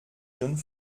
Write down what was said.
jeunes